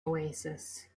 oasis